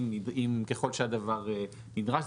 ככל שהדבר נדרש.